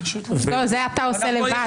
זה אתה עושה לבד.